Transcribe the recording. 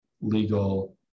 legal